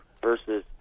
versus